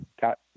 got